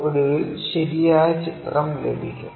ഒടുവിൽ ശരിയായ ചിത്രം ലഭിക്കും